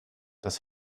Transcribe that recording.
das